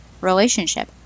relationship